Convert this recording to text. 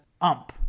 ump